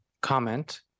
comment